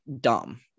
dumb